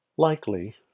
Likely